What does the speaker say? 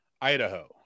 idaho